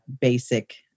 basic